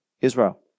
Israel